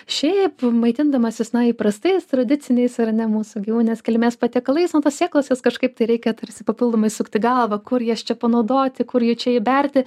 šiaip maitindamasis na įprastais tradiciniais ar ne mūsų gyvūninės kilmės patiekalais nu tos sėklos jos kažkaip tai reikia tarsi papildomai sukti galvą kur jas čia panaudoti kur jų čia įberti